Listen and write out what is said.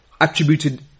attributed